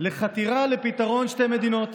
לחתירה לפתרון שתי מדינות